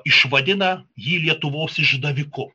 išvadina jį lietuvos išdaviku